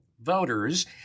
voters